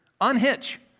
Unhitch